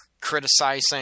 Criticizing